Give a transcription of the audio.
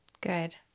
Good